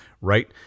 right